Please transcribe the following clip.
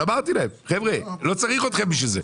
אבל אמרתי להם: לא צריך אתכם בשביל זה.